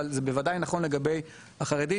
אבל זה בוודאי נכון לגבי החרדים.